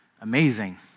amazing